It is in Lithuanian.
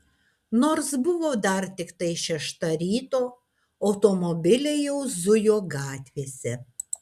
nors buvo dar tiktai šešta ryto automobiliai jau zujo gatvėse